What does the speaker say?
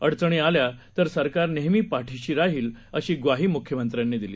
अडचणीआल्यातरसरकारनेहमीपाठीशीराहील अशीग्वाहीमुख्यमंत्र्यांनीदिली